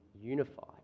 unified